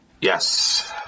Yes